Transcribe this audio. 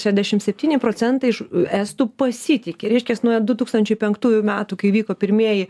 šedešim septyni procentai iš estų pasitiki reiškias nuo du tūkstančiai penktųjų metų kai vyko pirmieji